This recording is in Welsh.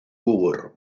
gŵr